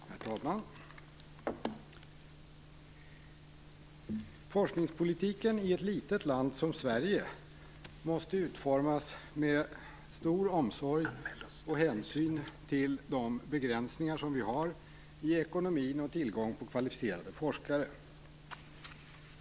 Herr talman! Forskningspolitiken i ett litet land som Sverige måste utformas med stor omsorg och hänsyn till de begränsningar vi har i ekonomin och i tillgången på kvalificerade forskare.